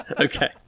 Okay